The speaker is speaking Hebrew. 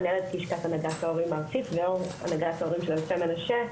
מנהלת לשכת הנהגת ההורים הארצית והנהגת ההורים של אלפי מנשה,